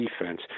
defense